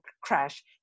crash